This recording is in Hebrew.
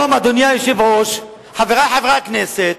אדוני היושב-ראש, חברי חברי הכנסת,